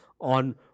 on